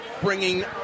bringing